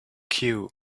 cue